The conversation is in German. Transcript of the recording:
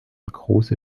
große